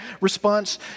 response